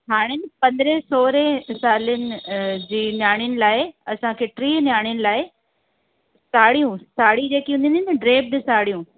हाणे न पंद्रहें सोरहें साले जी नियाणियुनि लाइ असांखे टीह नियाणियुनि लाइ साड़ियूं साड़ी जेकी हूंदी हिन न ड्रेप्ड साड़ियूं